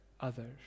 others